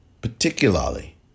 Particularly